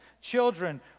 children